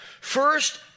First